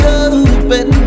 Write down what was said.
open